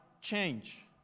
change